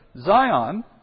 Zion